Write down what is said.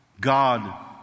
God